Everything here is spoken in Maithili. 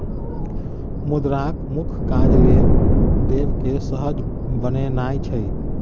मुद्राक मुख्य काज लेब देब केँ सहज बनेनाइ छै